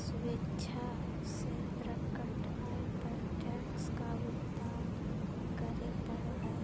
स्वेच्छा से प्रकट आय पर टैक्स का भुगतान करे पड़ो हइ